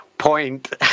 point